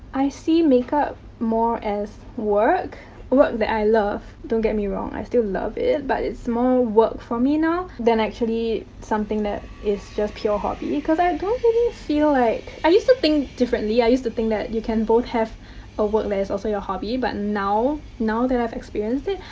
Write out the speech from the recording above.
i see makeup more as work work that i love, don't get me wrong. i still love it. but, it's more work for me now. than actually something that is just pure hobby. cause i don't really feel like i used to think differently i used to think that you can both have a work that is also your hobby. but, now, now that i've experienced it,